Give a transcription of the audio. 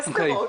בשדרות